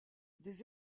des